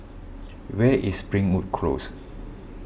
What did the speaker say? where is Springwood Close